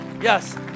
Yes